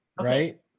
Right